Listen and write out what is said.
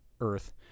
Earth